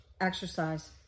Exercise